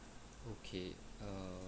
okay err